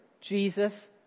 Jesus